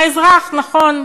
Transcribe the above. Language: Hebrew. האזרח, נכון.